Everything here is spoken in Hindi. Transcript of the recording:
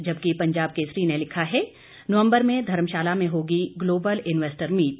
जबकि पंजाब केसरी ने लिखा है नवंबर में धर्मशाला में होगी ग्लोबल इन्वेस्टर मीट